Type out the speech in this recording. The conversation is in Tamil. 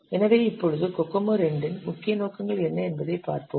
எனவே இப்பொழுது கோகோமோ II இன் முக்கிய நோக்கங்கள் என்ன என்பதைப் பார்ப்போம்